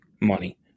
money